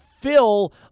fill